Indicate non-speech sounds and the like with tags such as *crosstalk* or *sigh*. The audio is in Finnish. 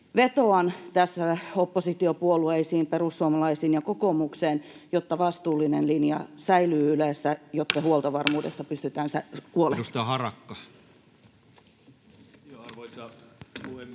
Vetoan tässä oppositiopuolueisiin, perussuomalaisiin ja kokoomukseen, jotta vastuullinen linja säilyy Ylessä, jotta *noise* huoltovarmuudesta pystytään huolehtimaan.